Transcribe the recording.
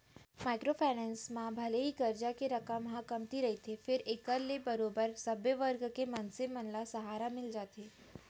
micro finance म भले ही करजा के रकम ह कमती रहिथे फेर एखर ले बरोबर सब्बे वर्ग के मनसे मन ल सहारा मिल जाथे